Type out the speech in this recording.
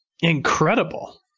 incredible